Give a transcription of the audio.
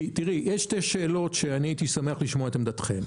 יש שתי שאלות שאני הייתי שמח לשמוע את עמדתכם.